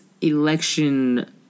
election